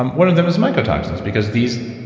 um one of them is mycotoxins because these,